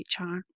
HR